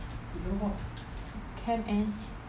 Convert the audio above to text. chem eng